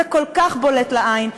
זה כל כך בולט לעין,